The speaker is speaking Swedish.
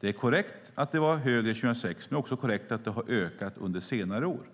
Det är korrekt att det var mer 2006, men det är också korrekt att det har ökat under senare år.